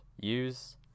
Use